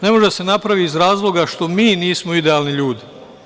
Ne može da se napravi iz razloga zato što mi nismo idealni ljudi.